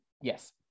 Yes